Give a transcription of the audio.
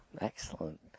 Excellent